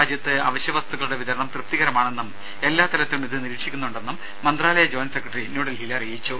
രാജ്യത്ത് അവശ്യ വസ്തുക്കളുടെ വിതരണം തൃപ്തികരമാണെന്നും എല്ലാ തലത്തിലും ഇത് നിരീക്ഷിക്കുന്നുണ്ടെന്നും മന്ത്രാലയ ജോയിന്റ് സെക്രട്ടറി ന്യൂഡൽഹിയിൽ അറിയിച്ചു